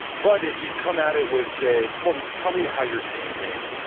but if you come at it with say, well, tell me how you're seeing things.